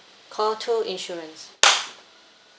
call two insurance